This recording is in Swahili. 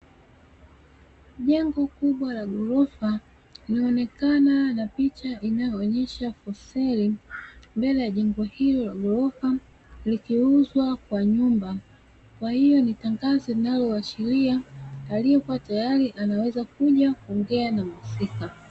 Jengo kubwa la ghorofa linaonekana na picha inayoonyesha “For Sale” mbele ya jengo hilo la ghorofa likiuzwa kwa nyumba. Kwa hiyo ni tangazo linaloashiria aliyekuwa tayari, anaweza kuja kuongea na mhusika.